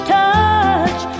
touch